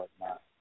whatnot